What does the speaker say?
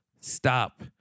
stop